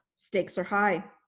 stakes are high.